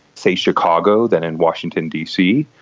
say, chicago than in washington dc,